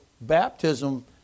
baptism